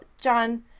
John